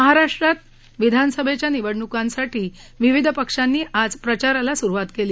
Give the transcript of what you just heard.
महाराष्ट्रात विधानसभेच्या निवडणुकीसाठी विविध पक्षांनी आज प्रचाराला सुरुवात केली